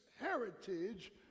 heritage